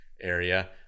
area